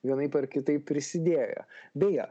vienaip ar kitaip prisidėję beje